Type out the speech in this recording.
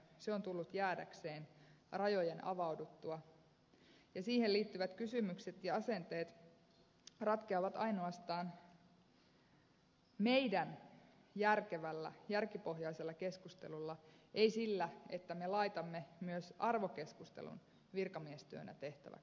se on tullut jäädäkseen rajojen avauduttua ja siihen liittyvät kysymykset ja asenteet ratkeavat ainoastaan meidän järkevällä järkipohjaisella keskustelullamme ei sillä että me laitamme myös arvokeskustelun virkamiestyönä tehtäväksi